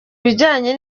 bijyanye